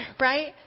Right